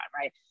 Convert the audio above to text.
right